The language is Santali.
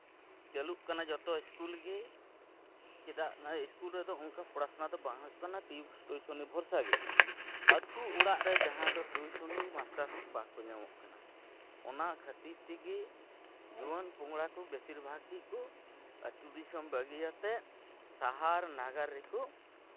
ᱪᱟᱹᱞᱩᱜ ᱠᱟᱱᱟ ᱡᱚᱛᱚ ᱤᱥᱠᱩᱞ ᱜᱮ ᱪᱮᱫᱟᱜ ᱤᱥᱠᱩᱞ ᱨᱮᱫᱚ ᱚᱱᱠᱟ ᱯᱚᱲᱟᱥᱳᱱᱟ ᱫᱚ ᱱᱟᱝ ᱦᱩᱭᱩᱜ ᱠᱟᱱᱟ ᱴᱤᱭᱩᱥᱚᱱᱤ ᱵᱷᱚᱨᱥᱟᱜᱮ ᱟᱹᱛᱩ ᱚᱲᱟᱜ ᱨᱮ ᱡᱟᱦᱟᱸᱭ ᱫᱚ ᱴᱤᱭᱩᱥᱚᱱᱤ ᱢᱟᱥᱴᱟᱨ ᱦᱚᱸ ᱵᱟᱠᱚ ᱧᱟᱢᱚᱜ ᱠᱟᱱᱟ ᱚᱱᱟ ᱠᱷᱟᱹᱛᱤᱨ ᱛᱮᱜᱮ ᱡᱩᱣᱟᱹᱱ ᱯᱚᱝᱲᱟ ᱠᱚ ᱵᱮᱥᱤᱨ ᱜᱮᱠᱚ ᱟᱹᱛᱩ ᱫᱤᱥᱚᱢ ᱵᱟᱹᱜᱤᱭᱟᱛᱮᱜ ᱥᱟᱦᱟᱨ ᱱᱟᱜᱟᱨ ᱨᱮᱠᱚ